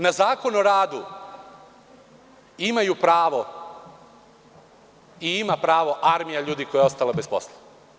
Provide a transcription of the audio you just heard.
Na Zakon o radu imaju pravo i ima pravo armija ljudi koja je ostala bez posla.